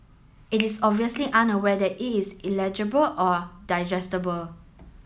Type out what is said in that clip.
it is obviously unaware that it is eligible or digestible